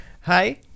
Hi